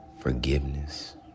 forgiveness